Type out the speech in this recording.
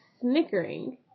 snickering